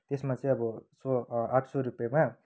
त्यसमा चाहिँ अब सो आठ सय रुपियाँमा